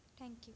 thank you